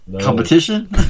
Competition